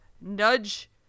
nudge